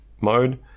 mode